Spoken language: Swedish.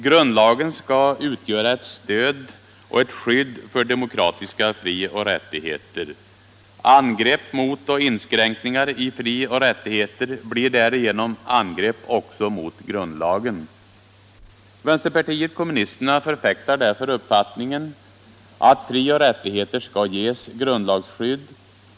Grundlagen skall utgöra ett stöd och ett skydd för demokratiska frioch rättigheter. Angrepp mot och inskränkningar i frioch rättigheter blir därigenom angrepp också mot grundlagen. Vänsterpartiet kommu nisterna förfäktar därför uppfattningen att frioch rättigheter skall ges grundlagsskydd.